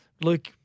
Luke